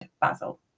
Basil